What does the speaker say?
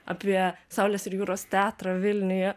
apie saulės ir jūros teatrą vilniuje